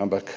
Ampak